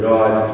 God